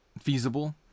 feasible